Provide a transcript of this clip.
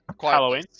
Halloween